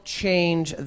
change